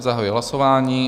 Zahajuji hlasování.